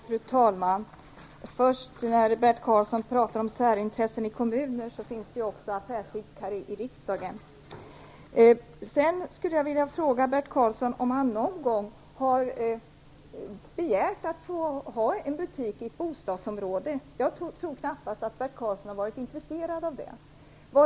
Fru talman! Bert Karlsson talar om särintressen i kommuner, men det finns ju också affärsidkare i riksdagen. Jag skulle vilja fråga Bert Karlsson om han någon gång har begärt att få öppna en butik i ett bostadsområde. Jag tror knappast att Bert Karlsson har varit intresserad av det.